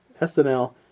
SNL